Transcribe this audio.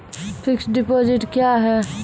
Fixed deposit क्या हैं?